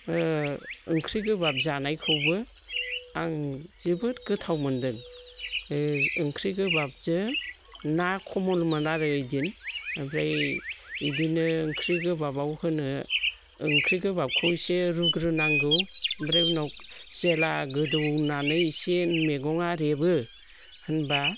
ओंख्रि गोबाब जानायखौबो आं जोबोद गोथाव मोन्दों बे ओंख्रि गोबाबजों ना खमलमोन आरो ओइदिन ओमफ्राय बिदिनो ओंख्रि गोबाबाव होनो ओंख्रि गोबाबखौ इसे रुग्रोनांगौ ओमफ्राय उनाव जेब्ला गोदौनानै एसे मैगङा रेबो होनबा